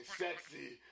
sexy